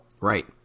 Right